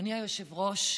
אדוני היושב-ראש,